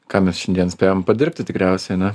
ką mes šiandien spėjom padirbti tikriausiai ane